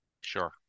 Sure